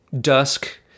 dusk